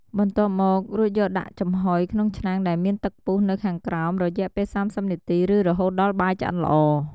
បន្ទាប់មក រួចយកដាក់ចំហុយក្នុងឆ្នាំងដែលមានទឹកពុះនៅខាងក្រោម រយៈពេល៣០នាទីឬរហូតដល់បាយឆ្អិនល្អ។